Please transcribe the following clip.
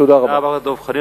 תודה רבה.